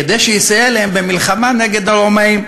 כדי שיסייע להם במלחמה נגד הרומאים.